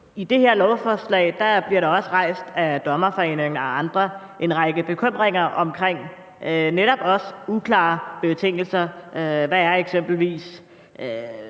det her lovforslag bliver der af Den Danske Dommerforening og andre også rejst en række bekymringer om netop uklare betingelser. Hvad er eksempelvis